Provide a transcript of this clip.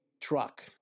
truck